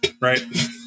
Right